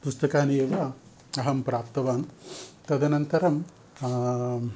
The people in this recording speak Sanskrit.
पुस्तकानि एव अहं प्राप्तवान् तदनन्तरं